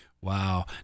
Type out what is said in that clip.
Wow